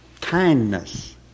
kindness